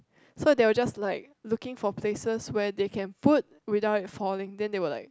so they were just like looking for places where they can put without it falling then they were like